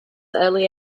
early